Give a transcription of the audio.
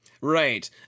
Right